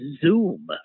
Zoom